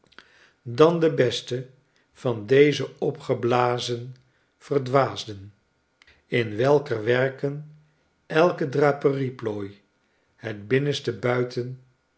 dan de beste van deze opgeblazen verdwaasden in welker werken elke draperie plooi het binnenste buiten